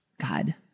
God